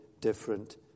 different